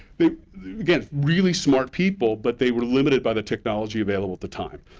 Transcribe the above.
they again, really smart people, but they were limited by the technology available at the time.